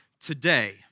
today